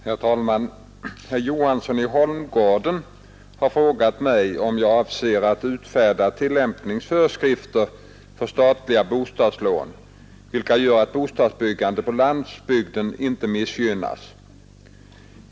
Herr talman! Herr Johansson i Holmgården har frågat mig om jag avser att utfärda tillämpningsföreskrifter för statliga bostadslån, vilka gör att bostadsbyggande på landsbygden inte missgynnas.